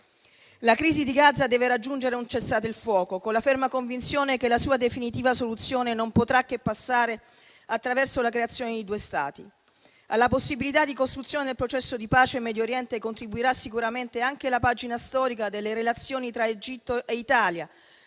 La crisi di Gaza deve raggiungere un cessate il fuoco, con la ferma convinzione che la sua definitiva soluzione non potrà che passare attraverso la creazione di due Stati. Alla possibilità di costruzione del processo di pace in Medio Oriente contribuirà sicuramente anche la pagina storica delle relazioni tra Egitto e Italia